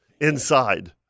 inside